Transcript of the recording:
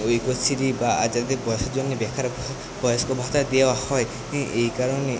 ঐক্যশ্রী বা আর যাদের বয়সের জন্যে বেকারত্ব বয়স্ক ভাতা দেওয়া হয় এ এই কারণে